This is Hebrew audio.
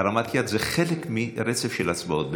הרמת יד זה חלק מרצף של הצבעות.